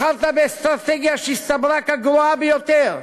בחרת באסטרטגיה שהסתברה כגרועה ביותר,